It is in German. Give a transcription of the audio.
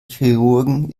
chirurgen